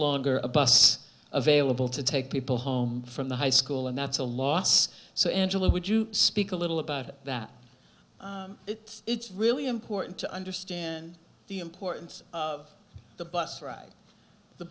longer a bus available to take people home from the high school and that's a loss so angela would you speak a little about it that it it's really important to understand the importance of the bus ride the